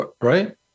Right